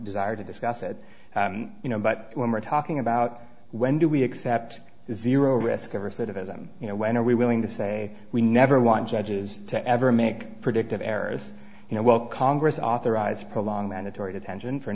desire to discuss it you know but when we're talking about when do we accept zero risk of recidivism you know when are we willing to say we never want judges to ever make predictive errors you know well congress authorized prolong mandatory detention for